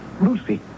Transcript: Lucy